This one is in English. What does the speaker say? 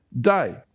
day